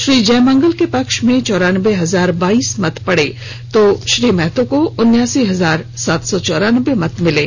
श्री जयमंगल के पक्ष में चौरान्बे हजार बाइस मत पड़े तो श्री महतो को उन्नासी हजार सात सौ संतान्बे मत प्राप्त हुए